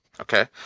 Okay